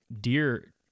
deer